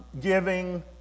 giving